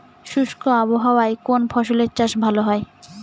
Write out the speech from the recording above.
শুষ্ক আবহাওয়ায় কোন ফসলের চাষ ভালো হয়?